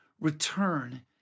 return